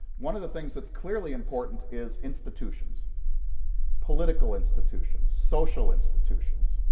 one of the things that's clearly important is institutions political institutions, social institutions,